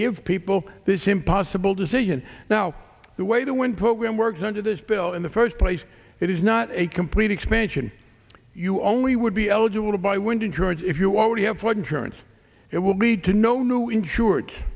give people this impossible decision now the way the wind program works under this bill in the first place it is not a complete expansion you only would be eligible to buy wind insurance if you already have flood insurance it will be to no new insured